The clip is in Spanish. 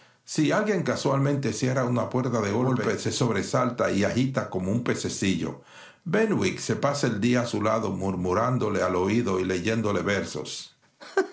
si alguien casualmente cierra una puerta de golpe se sobresalta y agita como un pececillo benwick se pasa el día a su lado murmurándole al oído y leyéndole versos